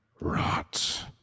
Rot